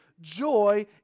joy